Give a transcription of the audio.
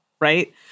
right